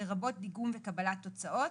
לרבות דיגום וקבלת תוצאות,